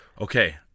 Okay